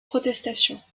protestations